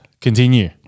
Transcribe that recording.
continue